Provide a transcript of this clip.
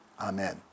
Amen